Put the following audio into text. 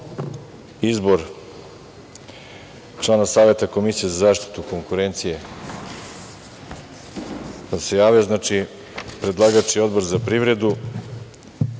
izbor člana Saveta Komisije za zaštitu konkurencije sam se javio. Predlagač je Odbor za privredu. Na